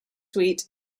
suite